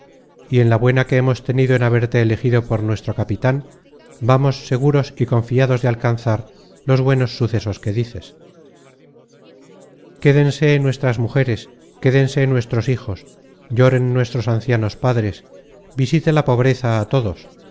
y en la buena que hemos tenido en haberte elegido por nuestro capitan vamos seguros y confiados de alcanzar los buenos sucesos que dices quédense nuestras mujeres quédense nuestros hijos lloren nuestros ancianos padres visite la pobreza á todos